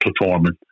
performing